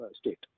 state